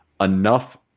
enough